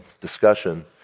discussion